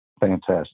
Fantastic